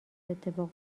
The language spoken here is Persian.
اتفاق